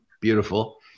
beautiful